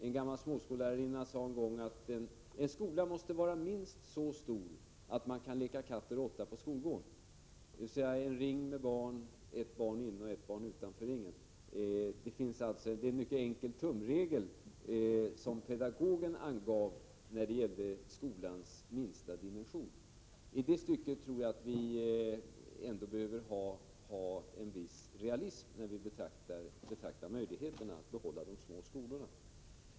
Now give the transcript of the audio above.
En gammal småskollärarinna sade en gång att en skola måste vara minst så stor, att man kan leka katt och råtta på skolgården, dvs. att elevantalet skall vara så stort att man kan bilda en ring med barn och ha ett barn innanför och ett barn utanför ringen. Det är en mycket enkel tumregel som pedagogen angav när det gäller skolans minsta dimension. I det stycket tror jag att vi behöver ha en viss realism, när vi betraktar möjligheterna att behålla de små skolorna.